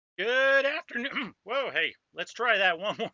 good afternoon whoa hey let's try that one